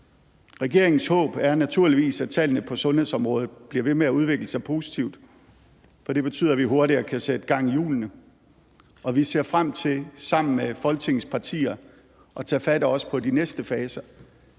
Regeringens håb er naturligvis, at tallene på sundhedsområdet bliver ved med at udvikle sig positivt, for det betyder, at vi hurtigere kan sætte gang i hjulene, og vi ser frem til sammen med Folketingets partier at tage fat også på de næste faser,